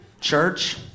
Church